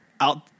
out